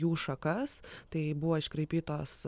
jų šakas tai buvo iškraipytos